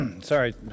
sorry